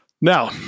Now